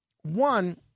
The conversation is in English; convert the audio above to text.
One